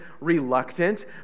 reluctant